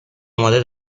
آماده